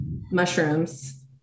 mushrooms